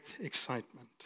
excitement